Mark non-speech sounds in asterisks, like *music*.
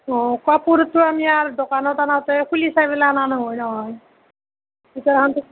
অঁ কাপোৰটো আমি আৰ দোকানত আনোতে খুলি চাই পেলাই অনা নহয় নহয় এতিয়া *unintelligible*